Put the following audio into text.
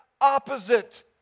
opposite